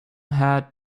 had